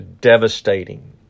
devastating